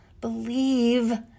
Believe